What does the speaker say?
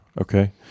Okay